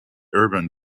urban